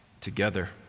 together